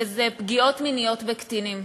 שהוא פגיעות מיניות בקטינים.